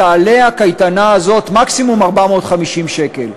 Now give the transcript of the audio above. תעלה הקייטנה הזאת מקסימום 450 שקלים.